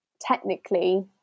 technically